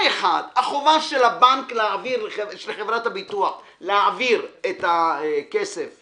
האחד, החובה של חברת הביטוח להעביר את הכסף